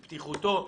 לבטיחותו,